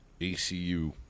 ACU